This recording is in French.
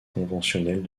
conventionnelles